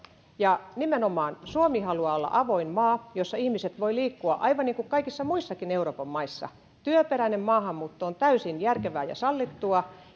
ja nimenomaan suomi haluaa olla avoin maa jossa ihmiset voivat liikkua aivan niin kuin kaikissa muissakin euroopan maissa työperäinen maahanmuutto on täysin järkevää ja sallittua